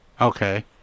Okay